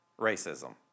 racism